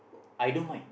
I don't mind